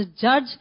judge